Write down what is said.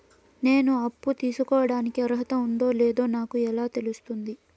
నేను అప్పు తీసుకోడానికి అర్హత ఉందో లేదో నాకు ఎలా తెలుస్తుంది?